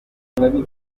matola